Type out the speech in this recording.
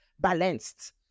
balanced